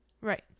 right